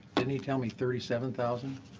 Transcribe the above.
didn't he tell me thirty seven thousand?